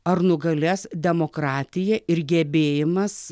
ar nugalės demokratija ir gebėjimas